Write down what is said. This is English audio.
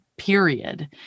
Period